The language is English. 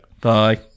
Bye